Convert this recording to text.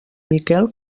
miquel